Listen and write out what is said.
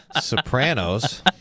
sopranos